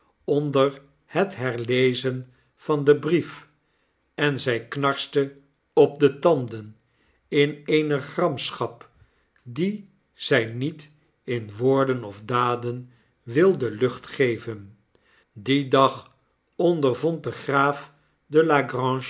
onder het herlezen van den brief en zy knarste op de tanden in eene gramschap die zy niet in woorden of daden wilde lucht geven dien dag ondervond de graaf de